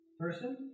person